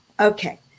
Okay